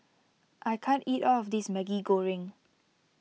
I can't eat all of this Maggi Goreng